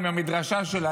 עם המדרשה שלה,